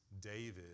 David